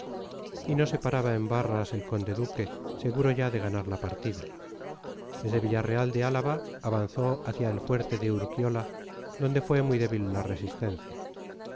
y no se paraba en barras el conde duque seguro ya de ganar la partida desde villarreal de álava avanzó hacia el fuerte de urquiola donde fue muy débil la resistencia